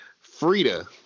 Frida